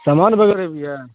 سامان وغیرہ بھی ہے